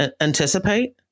anticipate